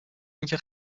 اینکه